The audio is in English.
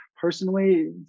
personally